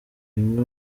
bimwe